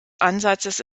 ansatzes